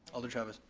alder chavez.